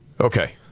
Okay